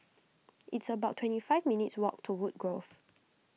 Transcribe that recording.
it's about twenty five minutes' walk to Woodgrove